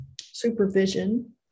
supervision